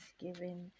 thanksgiving